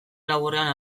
laburrean